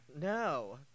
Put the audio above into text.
No